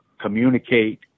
communicate